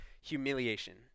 humiliation